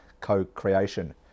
co-creation